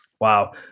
Wow